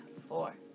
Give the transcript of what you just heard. four